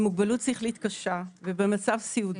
עם מוגבלות שכלית קשה ובמצב סיעודי.